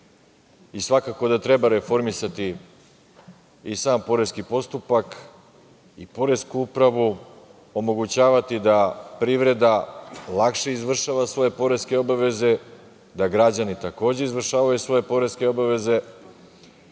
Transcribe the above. Svakako da treba reformisati i sam poreski postupak i poresku upravu, omogućavati da privreda lakše izvršava svoje poreske obaveze, da građani takođe izvršavaju svoje poreske obaveze,